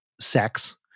sex